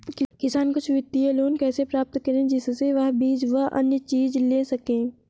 किसान कुछ वित्तीय लोन कैसे प्राप्त करें जिससे वह बीज व अन्य चीज ले सके?